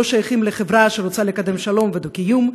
לא שייכים לחברה שרוצה לקדם שלום ודו-קיום,